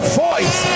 voice